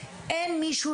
אין מישהו